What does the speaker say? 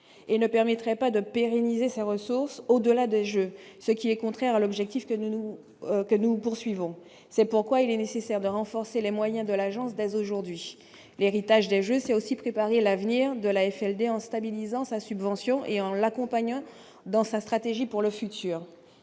et ne permettrait pas de pérenniser ces ressources au-delà de jeu, ce qui est contraire à l'objectif que nous que nous poursuivons, c'est pourquoi il est nécessaire de renforcer les moyens de l'agence dès aujourd'hui l'héritage des Jeux, c'est aussi préparer l'avenir de l'AFLD en stabilisant sa subvention, et en l'accompagnant dans sa stratégie pour le futur